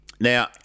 Now